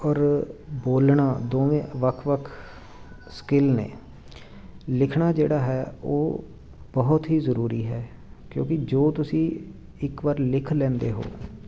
ਔਰ ਬੋਲਣਾ ਦੋਵੇਂ ਵੱਖ ਵੱਖ ਸਕਿਲ ਨੇ ਲਿਖਣਾ ਜਿਹੜਾ ਹੈ ਉਹ ਬਹੁਤ ਹੀ ਜ਼ਰੂਰੀ ਹੈ ਕਿਉਂਕਿ ਜੋ ਤੁਸੀਂ ਇੱਕ ਵਾਰ ਲਿਖ ਲੈਂਦੇ ਹੋ